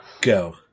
Go